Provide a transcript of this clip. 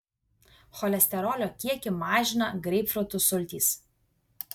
cholesterolio kiekį mažina greipfrutų sultys